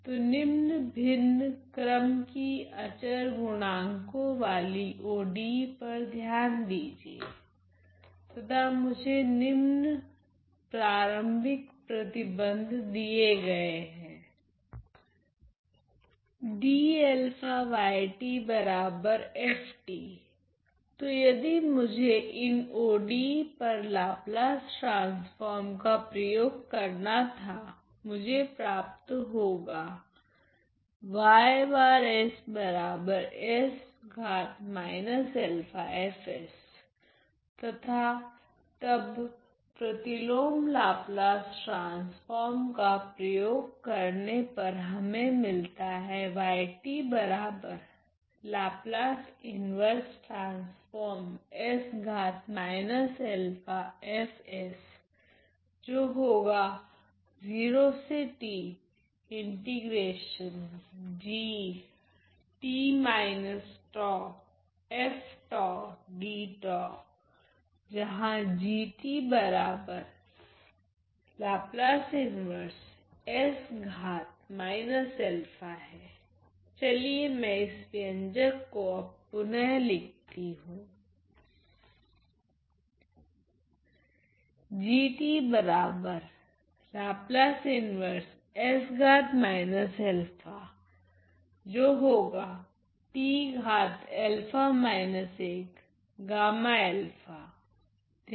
तो निम्न भिन्न क्रम की अचर गुणांकों वाली ODE पर ध्यान दीजिए तथा मुझे निम्न प्रारम्भिक प्रतिबंध दिए गए है तो यदि मुझे इन ODE पर लाप्लास ट्रांसफोर्म का प्रयोग करना था मुझे प्राप्त होगा तथा तब प्रतिलोम लाप्लास ट्रांसफोर्म का प्रयोग करने पर हमे मिलता है जहां चलिए मैं इस व्यंजक को अब पुनः लिखती हूँ